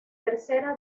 tercera